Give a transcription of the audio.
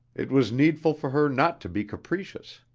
it was needful for her not to be capricious.